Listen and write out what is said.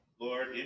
Lord